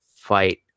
fight